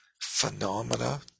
phenomena